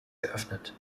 geöffnet